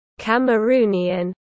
Cameroonian